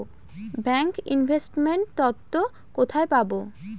Bank investment তথ্য কোথায় পাব?